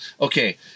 okay